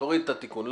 תוריד את התיקון.